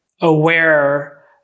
aware